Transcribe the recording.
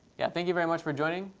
yeah, thank you very much for joining.